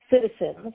citizens